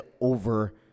over